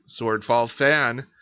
swordfallfan